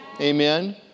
Amen